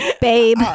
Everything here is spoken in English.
babe